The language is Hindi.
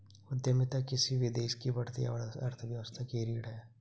उद्यमिता किसी भी देश की बढ़ती अर्थव्यवस्था की रीढ़ है